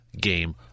game